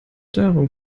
darum